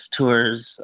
tours